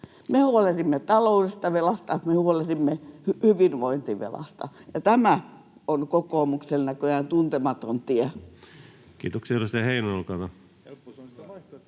Me huolehdimme taloudellisesta velasta, me huolehdimme hyvinvointivelasta. Ja tämä on kokoomukselle näköjään tuntematon tie. [Speech 51] Speaker: